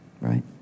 right